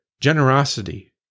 generosity